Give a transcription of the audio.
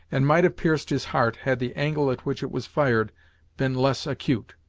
and might have pierced his heart had the angle at which it was fired been less acute.